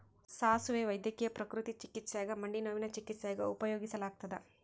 ಸಾಸುವೆ ವೈದ್ಯಕೀಯ ಪ್ರಕೃತಿ ಚಿಕಿತ್ಸ್ಯಾಗ ಮಂಡಿನೋವಿನ ಚಿಕಿತ್ಸ್ಯಾಗ ಉಪಯೋಗಿಸಲಾಗತ್ತದ